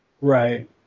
Right